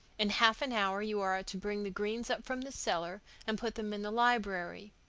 in half an hour you are to bring the greens up from the cellar and put them in the library.